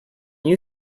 you